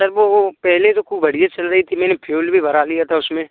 sir वो वो पहले तो खूब बढ़िया चल रही थी मैं फ्यूल भी भरा लिया था उसमें